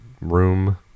room